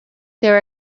there